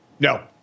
No